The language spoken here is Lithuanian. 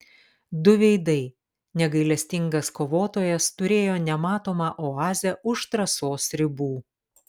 du veidai negailestingas kovotojas turėjo nematomą oazę už trasos ribų